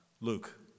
Luke